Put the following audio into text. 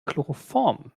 chloroform